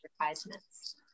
advertisements